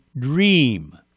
Dream